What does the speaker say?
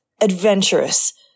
adventurous